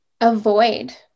avoid